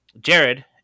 Jared